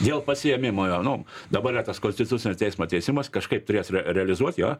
dėl pasiėmimo jo nu dabar yra tas konstitucinio teismo teisimas kažkaip turės re realizuot jo